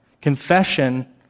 Confession